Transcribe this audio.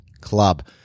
Club